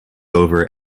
over